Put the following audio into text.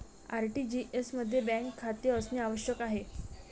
RTGS मध्ये bank खाते असणे आवश्यक आहे